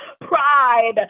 pride